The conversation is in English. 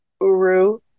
Uru